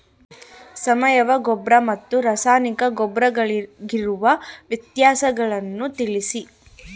ಸಾವಯವ ಗೊಬ್ಬರ ಮತ್ತು ರಾಸಾಯನಿಕ ಗೊಬ್ಬರಗಳಿಗಿರುವ ವ್ಯತ್ಯಾಸಗಳನ್ನು ತಿಳಿಸಿ?